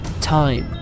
time